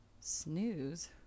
snooze